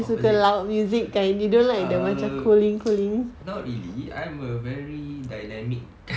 opposite err not really I'm a very dynamic